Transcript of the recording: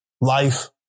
life